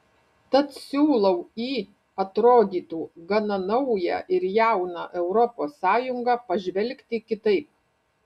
tad siūlau į atrodytų gana naują ir jauną europos sąjungą pažvelgti kitaip